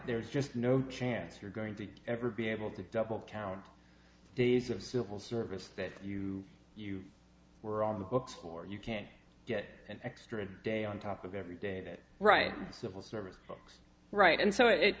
there's just no chance you're going to ever be able to double count days of civil service that you you were on the books or you can get an extra day on top of every day that right civil service looks right and so it